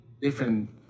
different